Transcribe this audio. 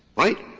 right?